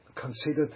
considered